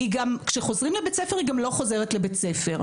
היא גם כשחוזרים לבית הספר היא גם לא חוזרת לבית הספר,